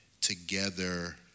together